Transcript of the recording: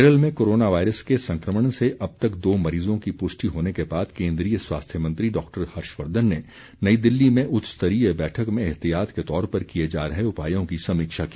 केरल में corona virus के संक्रमण से अब तक दो मरीजों की पुष्टि होने के बाद केन्द्रीय स्वास्थ्य मंत्री डॉक्टर हर्षवर्द्वन ने नई दिल्ली में उच्चस्तरीय बैठक में एहतियात के तौर पर किए जा रहे उपायों की समीक्षा की